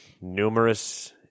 numerous